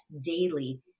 daily